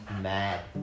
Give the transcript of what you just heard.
mad